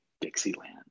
Dixieland